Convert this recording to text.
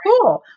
Cool